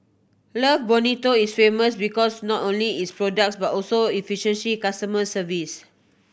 love Bonito is famous because not only its products but also efficiency customer service